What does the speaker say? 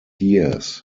years